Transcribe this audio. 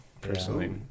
personally